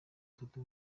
batatu